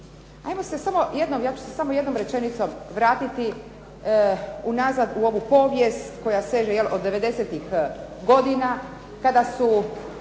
Hajmo se samo jednom, ja ću se samo jednom rečenicom vratiti unazad u ovu povijest koja seže od devedesetih godina kada su